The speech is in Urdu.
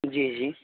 جی جی